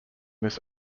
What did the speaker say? this